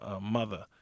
Mother